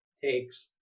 takes